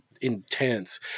intense